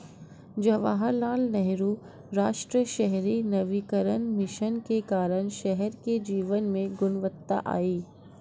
जवाहरलाल नेहरू राष्ट्रीय शहरी नवीकरण मिशन के कारण शहर के जीवन में गुणवत्ता आई